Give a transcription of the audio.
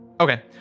Okay